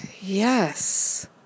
yes